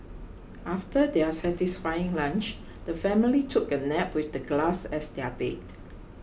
after their satisfying lunch the family took a nap with the grass as their bed